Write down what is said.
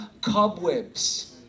cobwebs